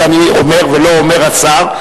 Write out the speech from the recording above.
את זה אני אומר ולא אומר השר,